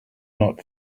not